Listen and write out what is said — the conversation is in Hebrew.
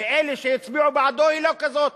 מאלה שיצביעו בעדו היא לא כזאת.